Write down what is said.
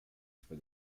for